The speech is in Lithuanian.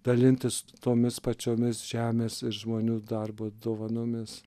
dalintis tomis pačiomis žemės ir žmonių darbo dovanomis